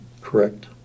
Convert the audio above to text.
Correct